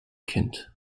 kind